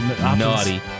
Naughty